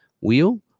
wheel